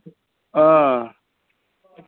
آ